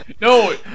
No